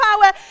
power